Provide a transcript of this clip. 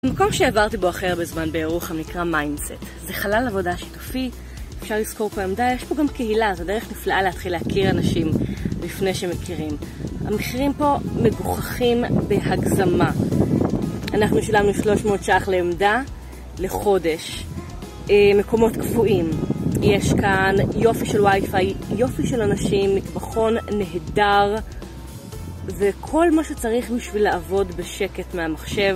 המקום שעברתי בו הכי הרבה זמן, בירוחם נקרא מיידנסט, זה חלל עבודה שיתופי, אפשר לשכור פה עמדה, יש פה גם קהילה, זו דרך נפלאה להתחיל להכיר אנשים לפני שמכירים. המחירים פה מגוחכים בהגזמה, אנחנו שלמנו 300 שח לעמדה לחודש, מקומות קפואים, יש כאן יופי של וי-פיי, יופי של אנשים, מטבחון נהדר, וכל מה שצריך בשביל לעבוד בשקט מהמחשב.